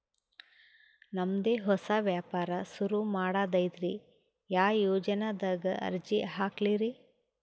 ನಮ್ ದೆ ಹೊಸಾ ವ್ಯಾಪಾರ ಸುರು ಮಾಡದೈತ್ರಿ, ಯಾ ಯೊಜನಾದಾಗ ಅರ್ಜಿ ಹಾಕ್ಲಿ ರಿ?